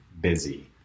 busy